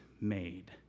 made